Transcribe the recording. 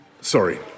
sorry